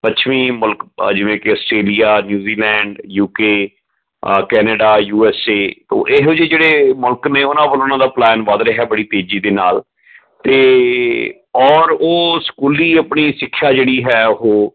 ਪੱਛਮੀ ਮੁਲਕ ਜਿਵੇਂ ਕਿ Australia New Zealand U K Canada U S A ਇਹੋ ਜਿਹੇ ਜਿਹੜੇ ਮੁਲਕ ਨੇ ਉਹਨਾਂ ਵੱਲੋਂ ਉਹਨਾਂ ਦਾ ਪਲਾਨ ਵੱਧ ਰਿਹਾ ਬੜੀ ਤੇਜ਼ੀ ਦੇ ਨਾਲ ਅਤੇ ਔਰ ਉਹ ਸਕੂਲੀ ਆਪਣੀ ਸਿੱਖਿਆ ਜਿਹੜੀ ਹੈ ਉਹ